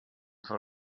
for